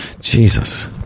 Jesus